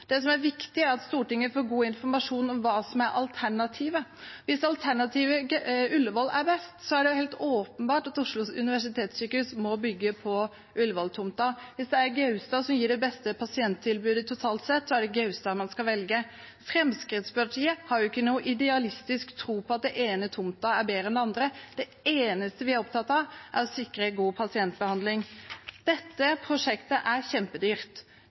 Det som er viktig, er at Stortinget får god informasjon om hva som er alternativet. Hvis alternativet Ullevål er best, er det helt åpenbart at Oslo universitetssykehus må bygges på Ullevål-tomta. Hvis det er Gaustad som gir det beste pasienttilbudet totalt sett, er det Gaustad man skal velge. Fremskrittspartiet har ikke noen idealistisk tro på at den ene tomta er bedre enn den andre. Det eneste vi er opptatt av, er å sikre god pasientbehandling. Dette prosjektet er kjempedyrt.